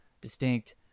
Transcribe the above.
distinct